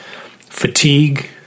Fatigue